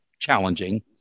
challenging